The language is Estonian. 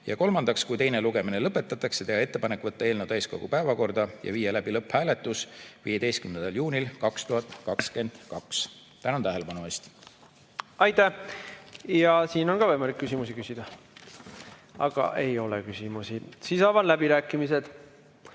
Kolmandaks, kui teine lugemine lõpetatakse, teha ettepanek võtta eelnõu täiskogu päevakorda ja viia läbi lõpphääletus 15. juunil 2022. Tänan tähelepanu eest! Aitäh! Ja siin on ka võimalik küsimusi küsida. Aga ei ole küsimusi. Siis avan läbirääkimised.